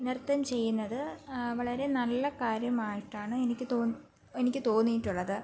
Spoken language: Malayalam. നൃത്തം ചെയ്യുന്നത് ആ വളരെ നല്ല കാര്യമായിട്ടാണ് എനിക്ക് തോ എനിക്ക് തോന്നിയിട്ടുള്ളത്